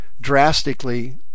drastically